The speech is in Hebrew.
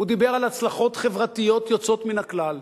הוא דיבר על הצלחות חברתיות יוצאות מהכלל.